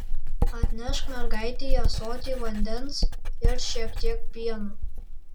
atnešk mergaitei ąsotį vandens ir šiek tiek pieno